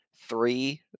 three